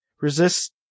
resist